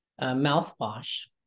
mouthwash